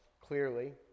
clearly